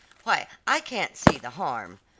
why, i can't see the harm.